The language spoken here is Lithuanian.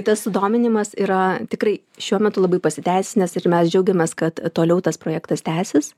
tas sudominimas yra tikrai šiuo metu labai pasiteisinęs ir mes džiaugiamės kad toliau tas projektas tęsis